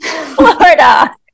florida